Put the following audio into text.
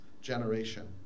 generation